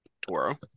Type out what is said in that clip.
Toro